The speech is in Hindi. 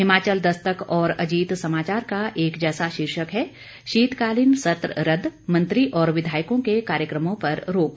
हिमाचल दस्तक और अजीत समाचार का एक जैसा शीर्षक है शीतकालीन सत्र रद मंत्री और विधायकों के कार्यक्रमों पर रोक